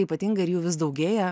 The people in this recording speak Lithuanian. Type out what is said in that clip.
ypatinga ir jų vis daugėja